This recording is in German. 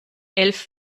elf